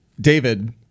David